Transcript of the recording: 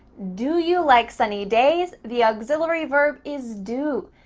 do you like sunny days? the auxiliary verb is do.